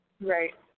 Right